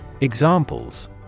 Examples